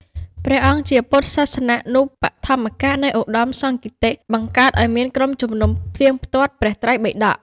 ព្រះអង្គ ជាពុទ្ធសាសនូបត្ថម្ភកៈនៃឧត្តមសង្គីតិ បង្កើតឱ្យមានក្រុមជំនុំផ្ទៀងផ្ទាត់ព្រះត្រៃបិដក ។